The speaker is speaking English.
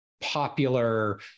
popular